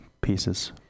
pieces